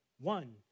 one